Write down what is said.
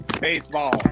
baseball